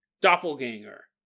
doppelganger